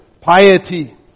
piety